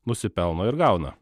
nusipelno ir gauna